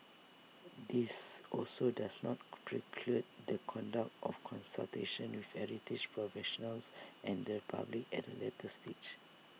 this also does not preclude the conduct of consultations with heritage professionals and the public at A later stage